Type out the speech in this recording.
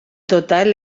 total